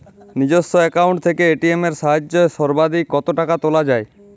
নিজস্ব অ্যাকাউন্ট থেকে এ.টি.এম এর সাহায্যে সর্বাধিক কতো টাকা তোলা যায়?